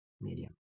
medium